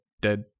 Dead